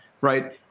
Right